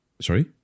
Sorry